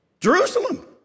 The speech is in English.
Jerusalem